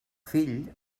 fill